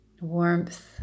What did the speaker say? Warmth